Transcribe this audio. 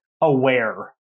aware